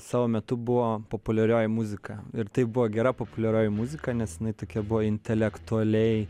savo metu buvo populiarioji muzika ir tai buvo gera populiarioji muzika nes jinai tokia buvo intelektualiai